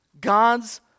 God's